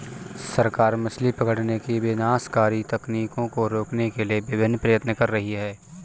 सरकार मछली पकड़ने की विनाशकारी तकनीकों को रोकने के लिए विभिन्न प्रयत्न कर रही है